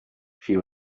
she